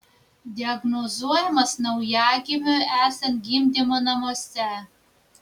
diagnozuojamas naujagimiui esant gimdymo namuose